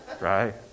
Right